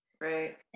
Right